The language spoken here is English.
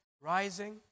rising